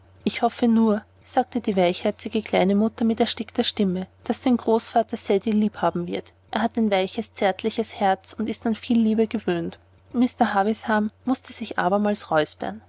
ich hoffe nur sagte die weichherzige kleine mutter mit erstickter stimme daß sein großvater ceddie lieb haben wird er hat ein weiches zärtliches herz und ist an viel liebe gewöhnt mr havisham mußte sich abermals räuspern